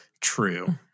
true